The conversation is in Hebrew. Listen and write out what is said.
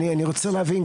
אני רוצה להבין,